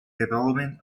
development